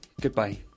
Goodbye